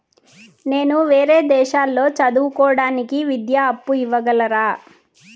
నేను వేరే దేశాల్లో చదువు కోవడానికి విద్యా అప్పు ఇవ్వగలరా?